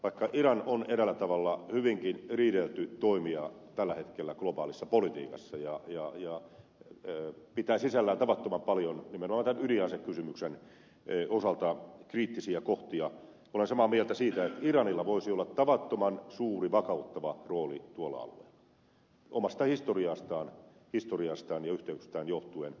vaikka iran on eräällä tavalla hyvin riidelty toimija tällä hetkellä globaalissa politiikassa ja pitää sisällään tavattoman paljon nimenomaan tämän ydinasekysymyksen osalta kriittisiä kohtia olen aivan samaa mieltä siitä että iranilla voisi olla tavattoman suuri vakauttava rooli tuolla alueella omasta historiastaan ja yhteyksistään johtuen